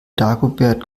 dagobert